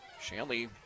Shanley